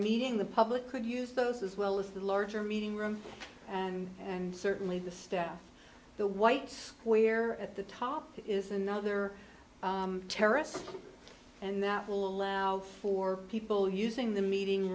meeting the public could use those as well as the larger meeting room and and certainly the staff the white square at the top is another terrace and that will allow for people using the meeting